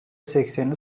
sekseni